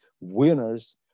winners